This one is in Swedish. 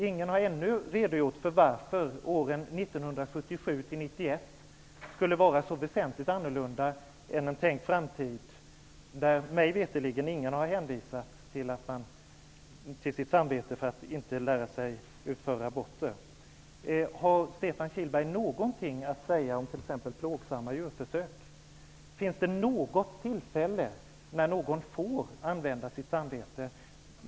Ingen har ännu redogjort för varför åren 19977--1991 skulle vara så väsentligt annorlunda än en tänkt framtid. Mig veterligen är det inte någon som under dessa år har hänvisat till sitt samvete för att inte lära sig att utföra aborter. Har Stefan Kihlberg någonting att säga om t.ex. plågsamma djurförsök? Finns det något tillfälle då någon får hänvisa till sitt samvete?